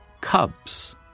cubs